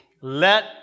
let